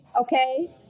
okay